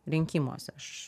rinkimuose aš